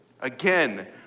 Again